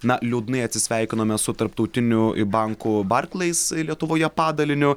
na liūdnai atsisveikinome su tarptautiniu banku barclays lietuvoje padaliniu